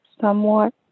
somewhat